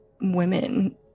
women